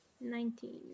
Nineteen